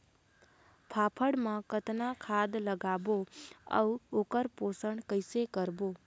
फाफण मा कतना खाद लगाबो अउ ओकर पोषण कइसे करबो?